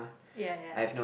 ya ya ya